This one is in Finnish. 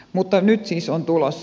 mutta nyt siis on tulossa